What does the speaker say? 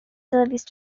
service